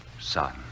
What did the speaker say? Son